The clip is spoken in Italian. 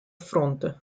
fronte